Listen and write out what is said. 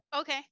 Okay